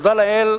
תודה לאל,